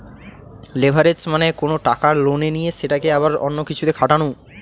leverage মানে কোনো টাকা লোনে নিয়ে সেটাকে আবার অন্য কিছুতে খাটানো